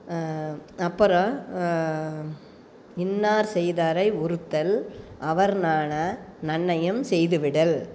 அப்புறோம் இன்னார் செய்தாரை ஒறுத்தல் அவர் நாண நன்னயம் செய்து விடல்